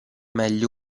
meglio